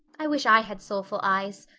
i wish i had soulful eyes.